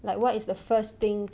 like what is the first thing